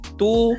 two